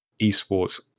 esports